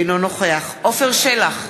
אינו נוכח עפר שלח,